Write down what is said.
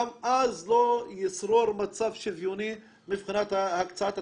גם אז לא ישרור מצב שוויוני מבחינת הקצאת התקציבים,